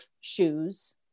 shoes